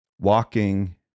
walking